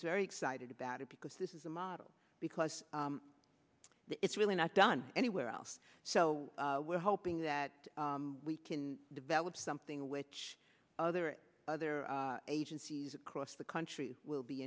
is very excited about it because this is a model because it's really not done anywhere else so we're hoping that we can develop something which other other agencies across the country will be